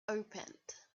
opened